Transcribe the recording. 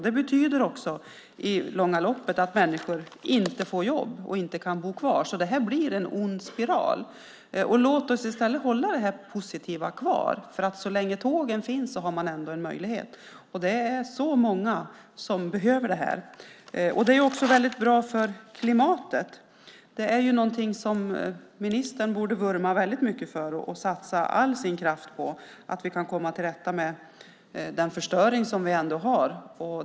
Det betyder också i det långa loppet att människor inte får jobb och inte kan bo kvar. Detta blir därför en ond spiral. Låt oss i stället behålla detta positiva. Så länge tågen finns har man ändå en möjlighet. Det är så många som behöver detta. Det är också väldigt bra för klimatet. Det är något som ministern borde vurma väldigt mycket för och satsa all sin kraft på att vi kan komma till rätta med den förstöring som vi har.